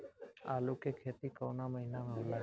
आलू के खेती कवना महीना में होला?